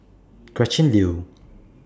Gretchen Liu